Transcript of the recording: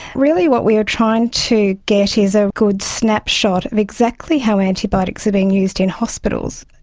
really what we are trying to get is a good snapshot of exactly how antibiotics are being used in hospitals.